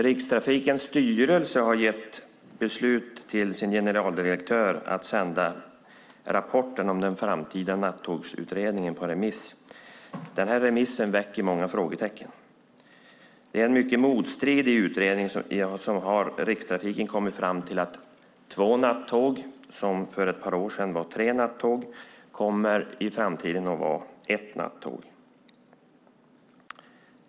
Rikstrafikens styrelse har gett sin generaldirektör i uppdrag att sända rapporten om den framtida nattågstrafiken på remiss. Den här remissen väcker många frågetecken. I en mycket motstridig utredning har Rikstrafiken kommit fram till att två nattåg, som för ett par år sedan var tre nattåg, i framtiden kommer att bli ett nattåg.